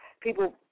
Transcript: People